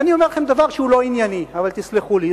ואני אומר לכם דבר שהוא לא ענייני, אבל תסלחו לי.